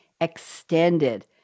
extended